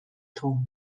tone